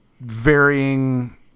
varying